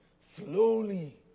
slowly